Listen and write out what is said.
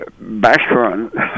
background